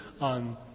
on